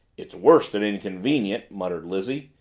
it's worse than inconvenient, muttered lizzie,